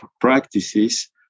practices